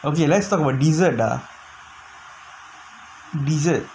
okay let's talk about dessert dessert